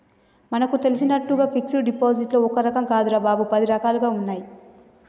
మనకు తెలిసినట్లుగా ఫిక్సడ్ డిపాజిట్లో ఒక్క రకం కాదురా బాబూ, పది రకాలుగా ఉన్నాయి